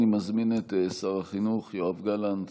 אני מזמין את שר החינוך יואב גלנט